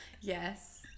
Yes